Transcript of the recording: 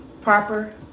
proper